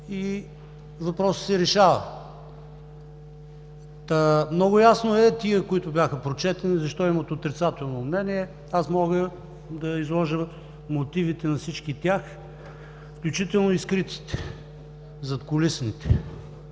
и въпросът се решава. Много е ясно защо тези становища, които бяха прочетени, имат отрицателно мнение. Аз мога да изложа мотивите на всички тях, включително и скритите, задкулисните.